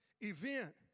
event